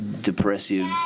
depressive